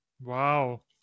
Wow